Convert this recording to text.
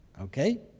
okay